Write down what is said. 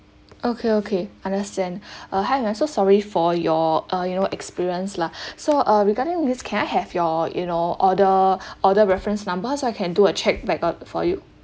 okay okay understand uh hi ma'am so sorry for your uh you know experience lah so uh regarding this can I have your you know order order reference number so I can do a check back uh for you